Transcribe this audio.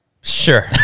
sure